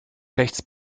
rechts